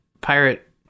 pirate